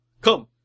Come